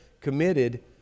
committed